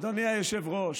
אדוני היושב-ראש,